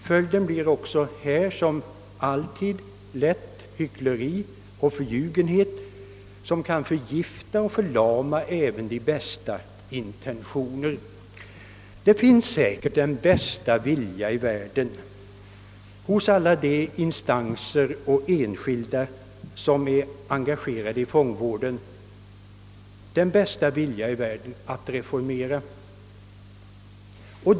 Följden blir också här lätt hyckleri och förljugenhet som kan förgifta och förlama även de bästa intentioner. Hos alla de instanser och enskilda som är engagerade i fångvården finns säkert den bästa reformvilja i världen.